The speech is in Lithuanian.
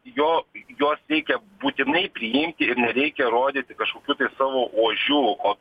jo juos reikia būtinai priimti ir nereikia rodyti kažkokių savo ožių o